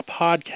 podcast